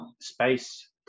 space